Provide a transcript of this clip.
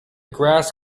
grass